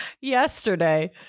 yesterday